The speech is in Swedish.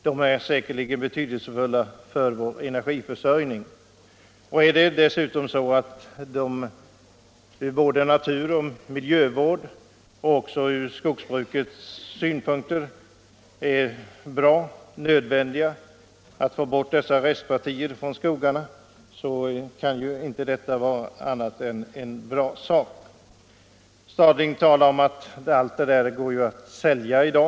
De är säkerligen betydelsefulla för vår energiförsörjning. Och om det dessutom från miljöoch naturvårdssynpunkter och från skogsbrukets egna synpunkter är önskvärt och nödvändigt att få bort de restpartier av bränsle som finns i skogarna, så kan det ju inte vara annat än en bra sak. Herr Stadling sade att detta klena bränsle går att sälja i dag.